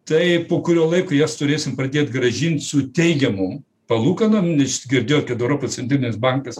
tai po kurio laiko jas turėsim pradėt grąžint su teigiamom palūkanom neš girdėjau kad europos centrinis bankas